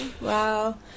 Wow